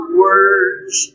words